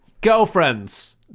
girlfriends